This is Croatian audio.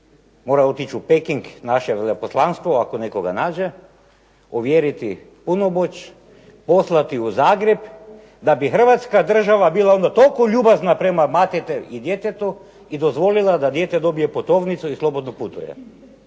mora otići u Peking u naše veleposlanstvo, ako nekoga nađe, ovjeriti punomoć, poslati u Zagreb da bi Hrvatska država bila onda toliko ljubazna prema materi i djetetu i dozvolila da dijete dobije putovnicu i slobodno putuje.